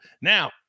Now